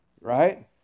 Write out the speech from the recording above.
right